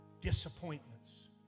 disappointments